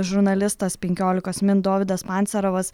žurnalistas penkiolikos min dovydas pancerovas